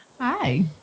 Hi